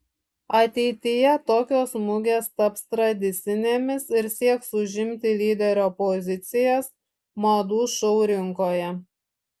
ateityje tokios mugės taps tradicinėmis ir sieks užimti lyderio pozicijas madų šou rinkoje